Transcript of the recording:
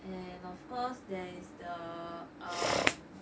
and of course there is the um